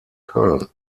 köln